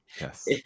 yes